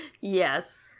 Yes